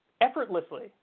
effortlessly